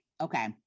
Okay